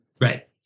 Right